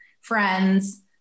friends